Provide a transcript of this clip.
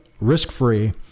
risk-free